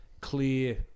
clear